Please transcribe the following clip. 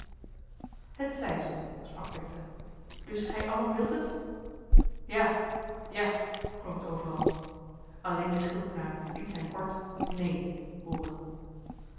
het zij zoo sprak bertha dus gij allen wilt het ja ja klonk het overal alleen de schildknaap liet zijn kort neen hooren